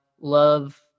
love